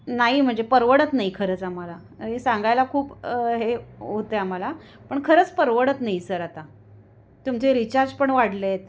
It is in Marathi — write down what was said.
नाही म्हणजे परवडत नाही खरंच आम्हाला हे सांगायला खूप हे होतं आम्हाला पण खरंच परवडत नाही सर आता तुमचे रिचार्ज पण वाढले आहेत